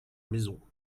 maison